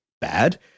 Bad